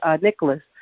Nicholas